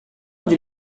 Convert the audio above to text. onde